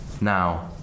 now